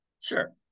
Sure